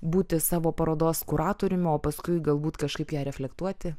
būti savo parodos kuratoriumi o paskui galbūt kažkaip ją reflektuoti